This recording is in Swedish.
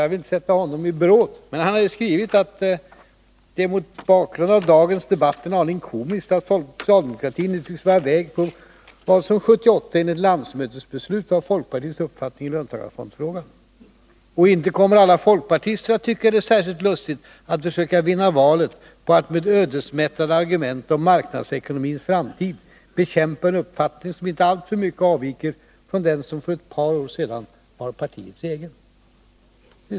Jag vill inte sätta honom i beråd, men han har skrivit: ”Det är mot bakgrund av dagens debatt en aning komiskt att socialdemokratin nu tycks vara på väg mot vad som 1978 enligt landsmötesbeslut var folkpartiets uppfattning i löntagarfondsfrågan.——-"” Men inte kommer alla folkpartister att tycka att det är särskilt lustigt att försöka vinna valet på att med ödesmättade argument om marknadsekonomins framtid bekämpa en uppfattning som inte alltför mycket avviker från den som för ett par år sedan var partiets.” Det är sant.